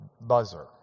buzzer